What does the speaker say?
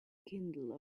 kindle